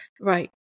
right